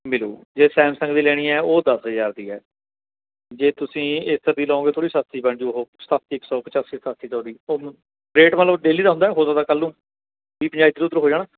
ਮਿਲੂ ਜੇ ਸੈਮਸੰਗ ਦੀ ਲੈਣੀ ਹੈ ਉਹ ਦਸ ਹਜ਼ਾਰ ਦੀ ਹੈ ਜੇ ਤੁਸੀਂ ਏਸਰ ਦੀ ਲਓਂਗੇ ਥੋੜ੍ਹੀ ਸਸਤੀ ਬਣ ਜੂ ਉਹ ਸੱਤ ਇੱਕ ਸੌ ਪਚਾਸੀ ਸਤਾਸੀ ਦਾ ਉਹਦੀ ਉਹ ਰੇਟ ਮਤਲਬ ਡੇਲੀ ਦਾ ਹੁੰਦਾ ਉਦੋਂ ਤੱਕ ਕੱਲ੍ਹ ਨੂੰ ਵੀਹ ਪੰਜਾਹ ਇੱਧਰ ਉੱਧਰ ਹੋ ਜਾਣਾ